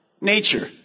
nature